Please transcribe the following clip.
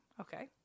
Okay